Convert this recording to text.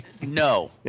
No